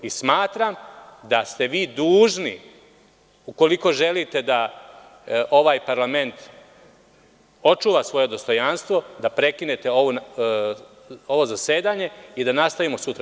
Smatram da ste vi dužni, ukoliko želite da ovaj parlament očuva svoje dostojanstvo, da prekinete ovo zasedanje i da nastavimo sutra.